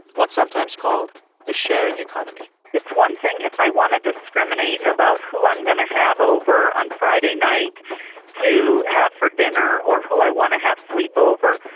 what's sometimes called the sharing economy it's one thing if i want to discriminate about who i'm going to ah have over on friday night to have for dinner or who i want to have sleep over.